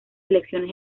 elecciones